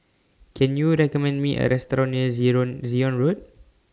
Can YOU recommend Me A Restaurant near Zion Zion Road